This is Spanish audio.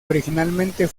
originalmente